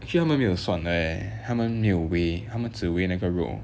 actually 他们没有算 leh 他们没有 weigh 他们只有 weigh 那个肉